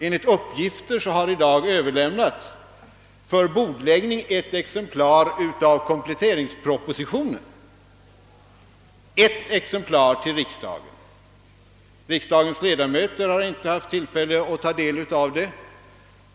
Enligt uppgift har i dag för bordläggning överlämnats ett exemplar av kompletteringspropositionen. Ett exemplar har lämnats till riksdagen. Riksdagens ledamöter har inte haft tillfälle att ta del därav.